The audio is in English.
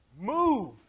move